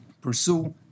pursue